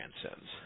transcends